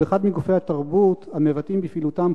הוא אחד מגופי התרבות המבטאים בפעילותם